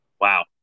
Wow